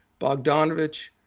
Bogdanovich